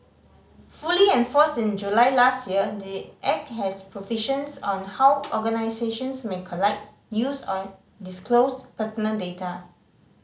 fully enforced in July last year the Act has provisions on how organisations may collect use and disclose personal data